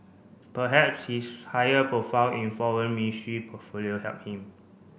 perhaps his higher profile in Foreign Ministry portfolio helped him